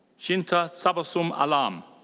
shintha tabassum alam.